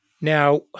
Now